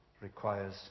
requires